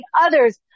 others